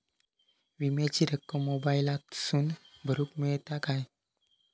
विमाची रक्कम मोबाईलातसून भरुक मेळता काय?